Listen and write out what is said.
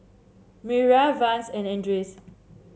Mariyah Vance and Andres